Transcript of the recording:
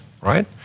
Right